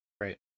Right